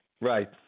Right